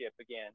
again